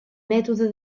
mètode